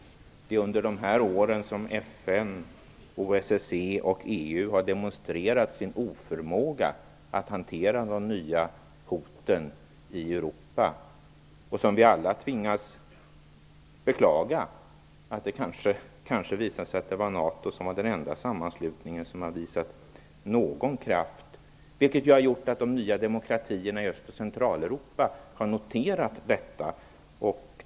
Det är under de här åren som FN, OSSE och EU har demonstrerat sin oförmåga att hantera de nya hoten i Europa. Vi tvingas alla beklaga att det kanske visar sig att det är NATO som är den enda sammanslutningen som visar någon kraft. De nya demokratierna i Öst och Centraleuropa har noterat detta.